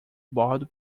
bordo